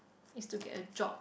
is to get a job